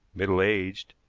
middle-aged,